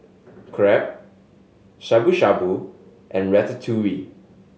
Crepe Shabu Shabu and Ratatouille